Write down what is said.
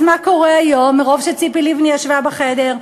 אז מה קורה היום מרוב שציפי לבני ישבה בחדר?